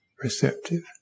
Receptive